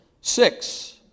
Six